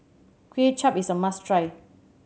Kway Chap is a must try